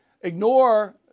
ignore